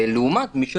לעומת מי שלא,